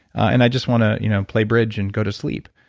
and i just want to you know play bridge and go to sleep.